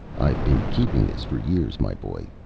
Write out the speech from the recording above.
i've been keeping this for years, my boy.